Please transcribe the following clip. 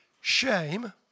shame